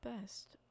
best